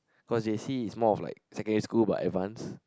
cause J_C is more of like secondary school but advance